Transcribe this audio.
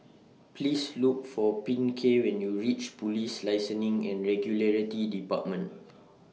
Please Look For Pinkney when YOU REACH Police Licensing and Regulatory department